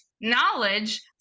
knowledge